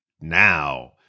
now